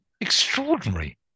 extraordinary